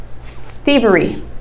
thievery